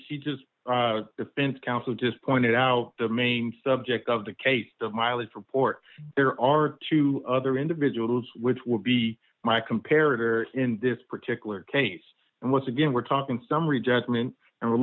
see just defense counsel just pointed out the main subject of the case of mileage report there are two other individuals which would be my compared or in this particular case and once again we're talking summary judgment and